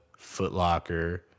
footlocker